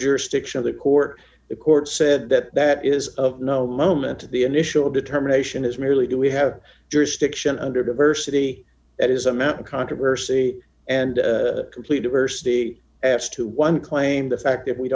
jurisdiction of the court the court said that that is of no moment to the initial determination is merely do we have jurisdiction under diversity that is amount of controversy and complete diversity as to one claim the fact that we